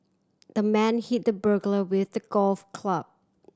the man hit the burglar with a golf club